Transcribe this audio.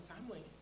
family